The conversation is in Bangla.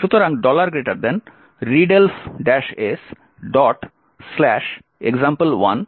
সুতরাং readelf S example1